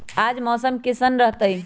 आज मौसम किसान रहतै?